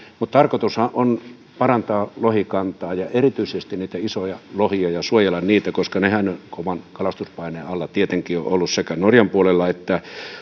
mutta tarkoitushan on parantaa lohikantaa ja erityisesti niitten isojen lohien kantoja ja suojella niitä koska nehän sen kovan kalastuspaineen alla tietenkin ovat olleet sekä norjan puolella että